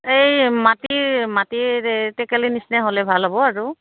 এই মাটিৰ মাটিৰ এই টেকেলি নিচিনা হ'লে ভাল হ'ব আৰু